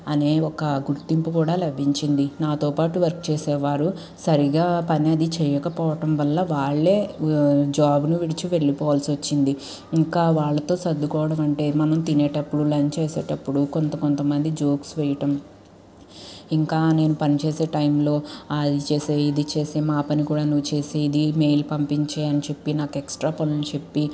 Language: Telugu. అనే ఒక గుర్తింపు కూడా లభించింది నాతోపాటు వర్క్ చేసేవారు సరిగా పని అది చేయకపోవడం వల్ల వాళ్లే జాబ్ను విడిచి వెళ్ళిపోవాల్సి వచ్చింది ఇంకా వాళ్ళతో సర్దుకోవడం అంటే మనం తినేటప్పుడు లంచ్ చేసేటప్పుడు కొంత కొంతమంది జోక్స్ వేయటం ఇంకా నేను పని చేసేయి టైంలో అది చేసేయి ఇది చేసేయి మా పని కూడా నువ్వు చేసే ఇది మెయిల్ పంపించి నాకు ఎక్స్ట్రా పనులు చెప్పి